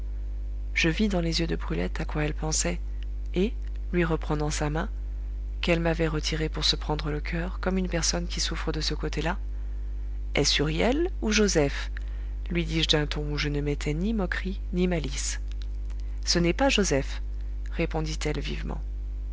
je vis dans les yeux de brulette à quoi elle pensait et lui reprenant sa main qu'elle m'avait retirée pour se prendre le coeur comme une personne qui souffre de ce côté-là est-ce huriel ou joseph lui dis-je d'un ton où je ne mettais ni moquerie ni malice ce n'est pas joseph répondit-elle vivement